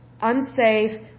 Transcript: unsafe